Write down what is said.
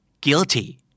Guilty